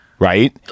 Right